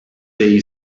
they